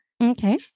Okay